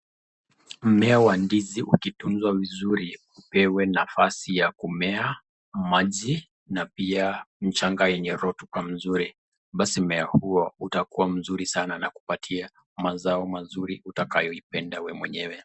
Mmea wa ndizi ukitunzwa vizuri upewe nafasi ya kumea, maji na pia mchanga yenye rutuba mzuri, basi mmea huo utakuwa mzuri sana na kupatia mazao mazuri utakayoipenda wewe mwenyewe.